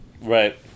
Right